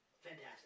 fantastic